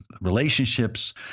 relationships